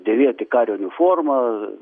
dėvėti kario uniformą